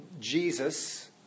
Jesus